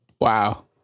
Wow